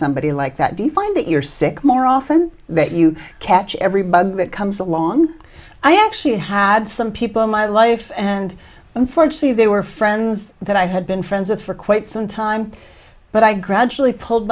somebody like that do you find that you're sick more often that you catch every bug that comes along i actually had some people in my life and unfortunately they were friends that i had been friends with for quite some time but i gradually pulled